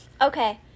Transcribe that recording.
Okay